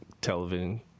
television